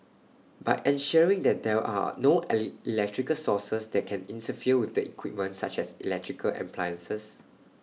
by ensuring that there are no electrical sources that can interfere with the equipment such as electrical appliances